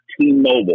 T-Mobile